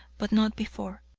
but not before.